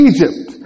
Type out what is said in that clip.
Egypt